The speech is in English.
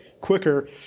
quicker